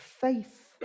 faith